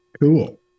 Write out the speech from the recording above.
Cool